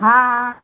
हाँ